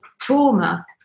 trauma